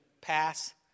pass